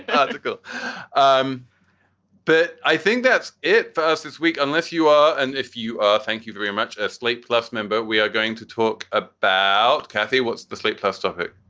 ah um but i think that's it for us this week. unless you are. and if you are. thank you very much. a slate plus member. we are going to talk about kathy. what's the slate plus topic?